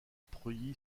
preuilly